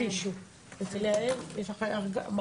בבקשה.